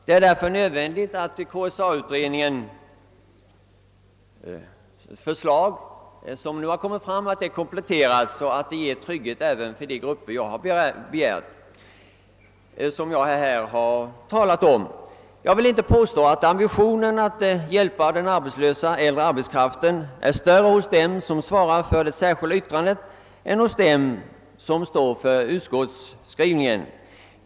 Det är därför nödvändigt att KSA-utredningens nu framlagda förslag kompletteras så att trygghet ges även för här nämnda grupper. Jag vill inte påstå att ambitionen att hjälpa den arbetslösa äldre arbetskraften är större hos dem som svarar för det särskilda yttrandet än hos dem scm står för utskottsskrivningen.